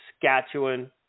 Saskatchewan